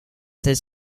this